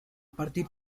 partir